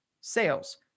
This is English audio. sales